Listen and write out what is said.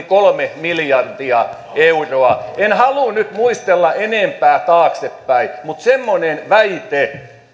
kolme miljardia euroa en halua nyt muistella enempää taaksepäin mutta semmoinen väite